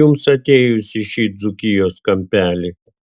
jums atėjus į šį dzūkijos kampelį